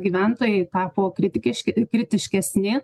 gyventojai tapo kritikiški kritiškesni